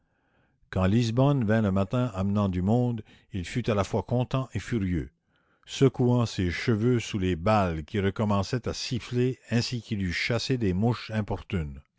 quand lisbonne vint le matin amenant du monde il fut à la fois content et furieux secouant ses cheveux sous les balles qui recommençaient à siffler ainsi qu'il eut chassé des mouches importunes